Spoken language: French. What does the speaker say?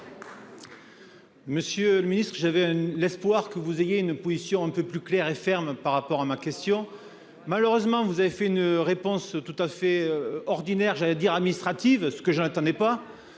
Monsieur le ministre, j'avais l'espoir que vous exprimiez une position un peu plus claire et ferme en réponse à ma question. Malheureusement, vous avez fait une réponse tout à fait ordinaire, et même administrative, ce que je n'attendais pas.